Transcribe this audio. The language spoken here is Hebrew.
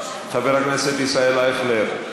חבר הכנסת ישראל אייכלר,